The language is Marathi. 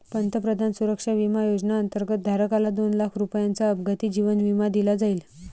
प्रधानमंत्री सुरक्षा विमा योजनेअंतर्गत, धारकाला दोन लाख रुपयांचा अपघाती जीवन विमा दिला जाईल